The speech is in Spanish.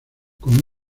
con